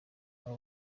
abo